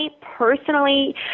personally